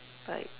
like